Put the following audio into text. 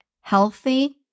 healthy